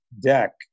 Deck